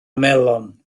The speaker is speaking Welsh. melon